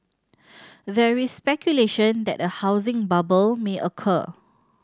very speculation that a housing bubble may occur